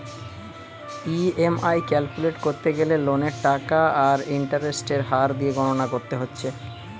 EMI calculate কোরতে গ্যালে লোনের টাকা আর ইন্টারেস্টের হার দিয়ে গণনা কোরতে হচ্ছে